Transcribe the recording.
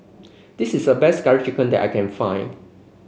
this is a best Curry Chicken that I can find